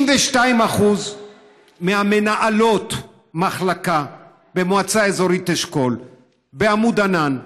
62% ממנהלות המחלקות במועצה אזורית אשכול בעמוד ענן,